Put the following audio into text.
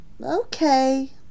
okay